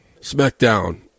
SmackDown